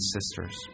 sisters